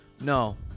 No